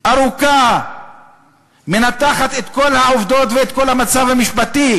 וארוכה שמנתחת את כל העובדות ואת כל המצב המשפטי,